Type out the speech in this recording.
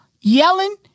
yelling